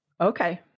Okay